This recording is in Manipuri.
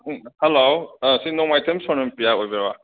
ꯎꯝ ꯍꯜꯂꯣ ꯑꯥ ꯁꯤ ꯅꯣꯡꯃꯥꯏꯊꯦꯝ ꯁꯣꯅꯝ ꯄ꯭ꯔꯤꯌꯥ ꯑꯣꯏꯕꯤꯔꯕ